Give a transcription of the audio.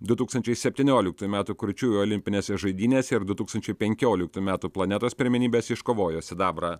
du tūkstančiai septynioliktųjų metų kurčiųjų olimpinėse žaidynėse ir du tūkstančiai penkioliktų metų planetos pirmenybėse iškovojo sidabrą